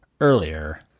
earlier